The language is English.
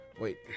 Wait